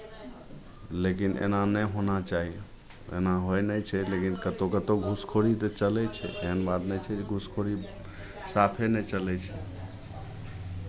लेकिन एना नहि होना चाही एना होइ नहि छै लेकिन कतहु कतहु घूसखोरी तऽ चलै छै एहन बात नहि छै जे घूसखोरी साफे नहि चलै छै